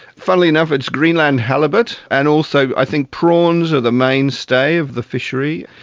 funnily enough it's greenland halibut and also i think prawns are the mainstay of the fishery.